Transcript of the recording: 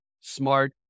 smart